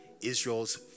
Israel's